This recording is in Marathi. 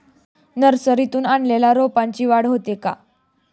नर्सरीतून आणलेल्या रोपाची वाढ होते का?